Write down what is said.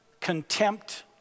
contempt